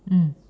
mm